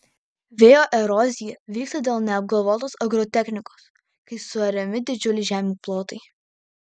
vėjo erozija vyksta dėl neapgalvotos agrotechnikos kai suariami didžiuliai žemių plotai